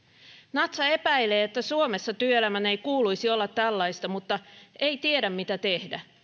natcha epäilee että suomessa työelämän ei kuuluisi olla tällaista mutta ei tiedä mitä tehdä